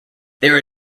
there